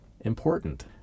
important